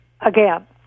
again